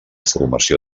formació